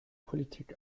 politik